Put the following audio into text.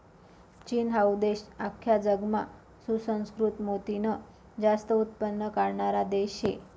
चीन हाऊ देश आख्खा जगमा सुसंस्कृत मोतीनं जास्त उत्पन्न काढणारा देश शे